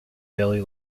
daily